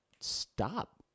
stop